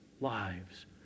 lives